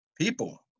people